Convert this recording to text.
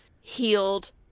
healed